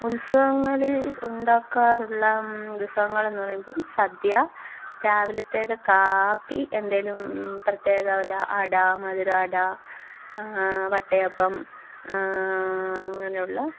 ഉത്സവങ്ങളിൽ ഉണ്ടാക്കാറുള്ള വിഭവങ്ങളെന്ന് പറയുമ്പം സദ്യ രാവിലത്തേത് കാപ്പി എന്തേലും പ്രത്യേക വല്ല അട മധുര അട വട്ടയപ്പം അങ്ങനെ ഉള്ള